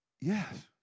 yes